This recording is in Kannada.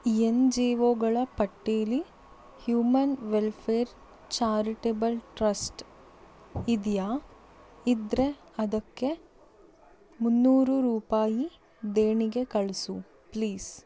ಎನ್ ಜಿ ಒಗಳ ಪಟ್ಟೀಲಿ ಹ್ಯೂಮನ್ ವೆಲ್ಫೇರ್ ಚಾರಿಟಬಲ್ ಟ್ರಸ್ಟ್ ಇದೆಯಾ ಇದ್ದರೆ ಅದಕ್ಕೆ ಮುನ್ನೂರು ರೂಪಾಯಿ ದೇಣಿಗೆ ಕಳಿಸು ಪ್ಲೀಸ್